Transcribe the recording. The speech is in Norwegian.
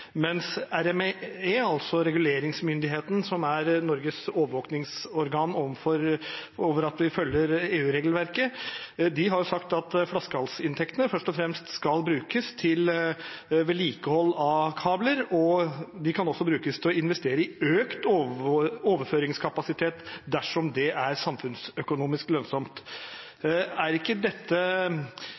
mens RME, reguleringsmyndigheten, som er det organet som overvåker at vi følger EU-regelverket, har sagt at flaskehalsinntektene først og fremst skal brukes til vedlikehold av kabler og også til å investere i økt overføringskapasitet dersom det er samfunnsøkonomisk lønnsomt. Er ikke dette